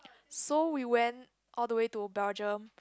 so we went all the way to Belgium